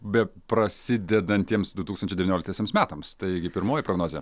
be prasidedantiems du tūkstančiai devynioliktiesiems metams taigi pirmoji prognozė